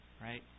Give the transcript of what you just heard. right